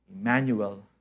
Emmanuel